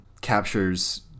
captures